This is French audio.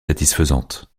satisfaisante